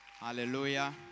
Hallelujah